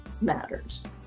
matters